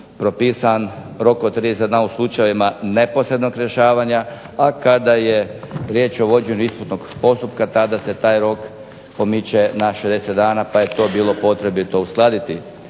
propisan rok od 30 dana u slučajevima neposrednog rješavanja, a kada je riječ o vođenju isplatnog postupka tada se taj rok pomiče na 60 dana pa je to bilo potrebito uskladiti.